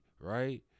right